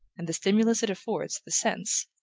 and the stimulus it affords to the sense,